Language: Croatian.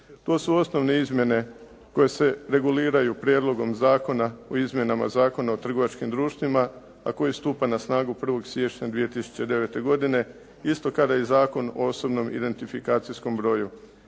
To su osnovne izmjene koje se reguliraju Prijedlogom zakona o izmjenama Zakona o trgovačkim društvima, a koji stupa na snagu 1. siječnja 2009. godine, isto kada i Zakon o osobnom identifikacijskom broju.